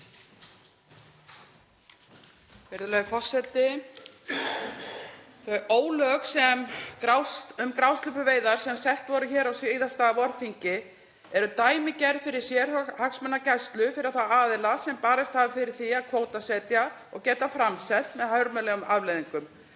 Þau ólög um grásleppuveiðar sem sett voru hér á síðasta vorþingi eru dæmigerð fyrir sérhagsmunagæslu fyrir þá aðila sem barist hafa fyrir því að kvótasetja og geta framselt, með hörmulegum afleiðingum.